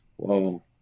Whoa